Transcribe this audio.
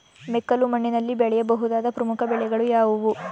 ಮೆಕ್ಕಲು ಮಣ್ಣಿನಲ್ಲಿ ಬೆಳೆಯ ಬಹುದಾದ ಪ್ರಮುಖ ಬೆಳೆಗಳು ಯಾವುವು?